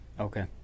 Okay